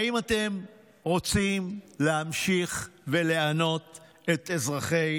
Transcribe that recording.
האם אתם רוצים להמשיך ולענות את אזרחי